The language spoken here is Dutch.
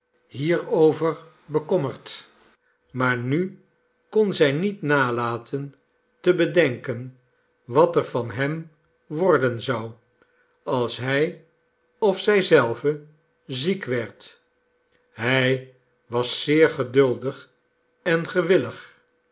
hierover bekommerd maar nu kon zij niet nalaten te bedenken wat er van hem worden zou als hij of zij zelve ziek werd hij was zeer geduldig en gewillig